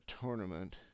tournament